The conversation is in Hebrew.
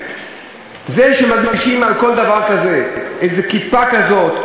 זה שמלבישים על כל דבר כזה איזו כיפה כזאת,